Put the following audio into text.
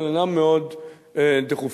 אבל אינם מאוד דחופים.